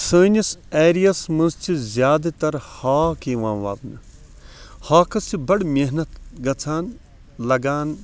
سٲنِس ایریا ہَس مَنٛز چھِ زیادٕ تر ہاکھ یِوان وَونہٕ ہاکَس چھِ بَڑٕ محنت گَژھان لَگان